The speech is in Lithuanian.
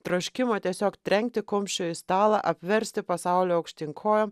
troškimo tiesiog trenkti kumščiu į stalą apversti pasaulį aukštyn kojom